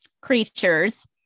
creatures